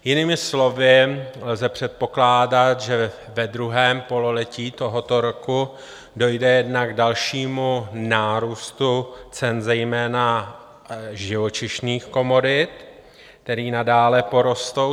Jinými slovy, lze předpokládat, že ve druhém pololetí tohoto roku dojde jednak k dalšímu nárůstu cen, zejména živočišných komodit, které nadále porostou.